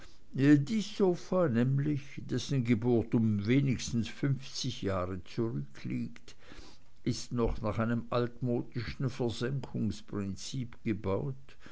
nämlich dessen geburt um wenigstens fünfzig jahre zurückliegt ist noch nach einem altmodischen versenkungsprinzip gebaut